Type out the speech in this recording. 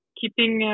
keeping